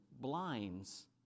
blinds